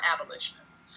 abolitionists